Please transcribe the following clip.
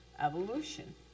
evolution